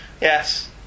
Yes